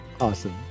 Awesome